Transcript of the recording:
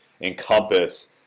encompass